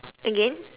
again